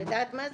את יודעת מה זה?